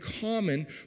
common